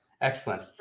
excellent